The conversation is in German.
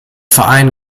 verein